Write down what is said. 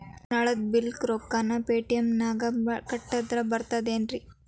ನಳದ್ ಬಿಲ್ ರೊಕ್ಕನಾ ಪೇಟಿಎಂ ನಾಗ ಕಟ್ಟದ್ರೆ ಬರ್ತಾದೇನ್ರಿ?